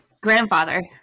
grandfather